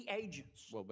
agents